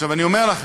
אני אומר לכם: